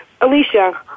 Alicia